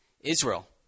Israel